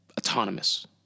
autonomous